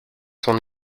son